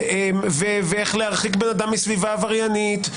איך להרחיק בן אדם מסביבה עבריינית,